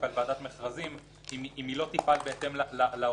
על ועדת מכרזים אם היא לא תפעל בהתאם להוראות.